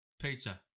Pizza